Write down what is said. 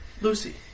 Lucy